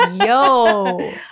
Yo